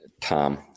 Tom